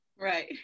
Right